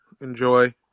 Enjoy